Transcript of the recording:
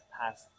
past